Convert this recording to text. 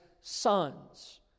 sons